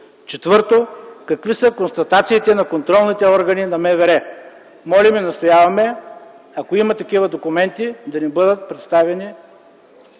Четвърто, какви са констатациите на контролните органи на МВР? Молим и настояваме, ако има такива документи, да ни бъдат представени